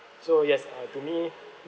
so yes uh to me